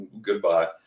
Goodbye